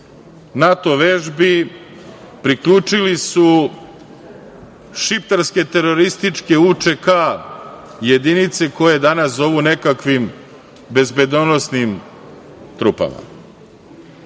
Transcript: NATO vežbi priključili su šiptarske terorističke UČK jedinice koje danas zovu nekakvim bezbednosnim trupama. Nismo